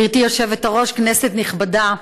גברתי היושבת-ראש, כנסת נכבדה,